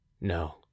no